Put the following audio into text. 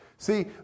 See